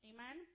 Amen